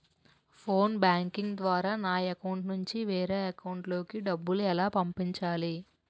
Phone banking ద్వారా నా account నుంచి వేరే అకౌంట్ లోకి డబ్బులు ఎలా పంపించాలి?